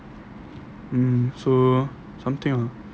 mm so something ah